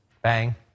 Bang